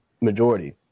majority